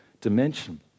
dimension